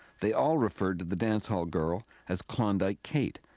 they all referred to the dancehall girl as klondike kate.